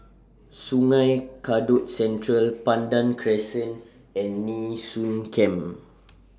Sungei Kadut Central Pandan Crescent and Nee Soon Camp